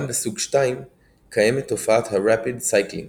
גם בסוג 2 קיימת תופעת ה-Rapid Cycling